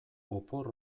opor